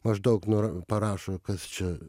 maždaug nur parašo kas čia